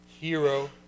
hero